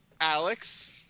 Alex